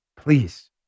Please